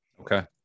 Okay